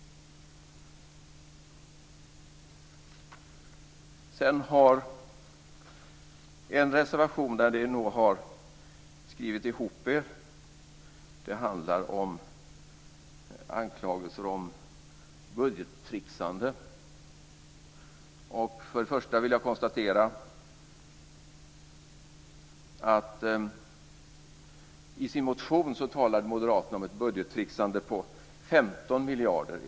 Ni har en reservation där ni har skrivit ihop er. Det handlar om anklagelser om budgettricksande. Först och främst vill jag konstatera att i sin motion talade moderaterna om ett budgettricksande på 15 miljarder.